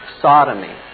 sodomy